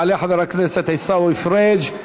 יעלה חבר הכנסת עיסאווי פריג'.